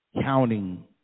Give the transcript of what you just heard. counting